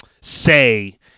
say